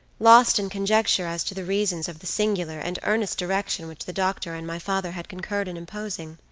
lost in conjecture as to the reasons of the singular and earnest direction which the doctor and my father had concurred in imposing.